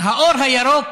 האור הירוק